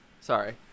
sorry